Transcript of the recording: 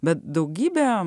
bet daugybė